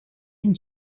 and